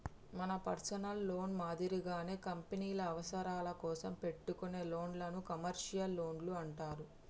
మన personal loan మాదిరిగానే కంపెనీల అవసరాల కోసం పెట్టుకునే లోన్లను కమర్షియల్ లోన్లు అంటారు